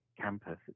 campus